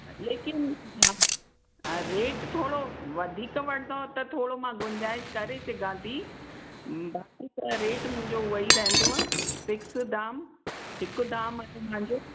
लेकिन हा हा रेट थोरो वधीक वठंदव त थोरो मां गुंजाइश करे सघां थी बाक़ी त रेट मुंहिंजो उहो ई रहंदो आहे फिक्स दाम हिकु दाम आहे हिते मुंहिजो